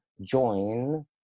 join